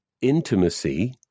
intimacy